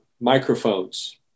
microphones